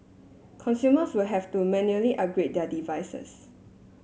consumers will have to manually upgrade their devices